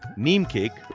neem cake,